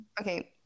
Okay